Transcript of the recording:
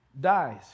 dies